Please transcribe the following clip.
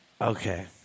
Okay